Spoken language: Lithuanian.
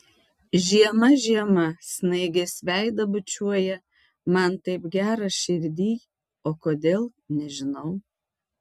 žiema žiema snaigės veidą bučiuoja man taip gera širdyj o kodėl nežinau